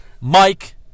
Mike